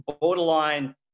borderline